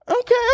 Okay